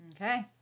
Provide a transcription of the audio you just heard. Okay